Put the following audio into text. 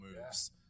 moves